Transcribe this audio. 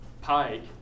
Pike